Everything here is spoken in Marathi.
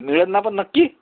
मिळेल ना पण नक्की